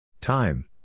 Time